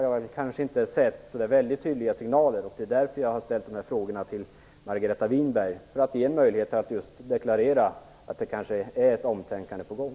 Jag har inte sett så tydliga signaler i den riktningen, och det är därför jag ställt mina frågor till Margareta Winberg. Då får hon en möjlighet att deklarera att ett omtänkande kanske är på gång.